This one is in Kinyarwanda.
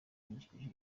injiji